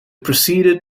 proceeded